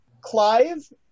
Clive